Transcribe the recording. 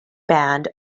band